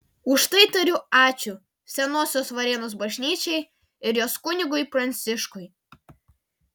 už tai tariu ačiū senosios varėnos bažnyčiai ir jos kunigui pranciškui